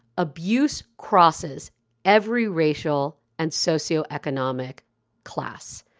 abuse crosses every racial and socio economic class.